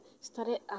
Started